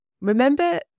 Remember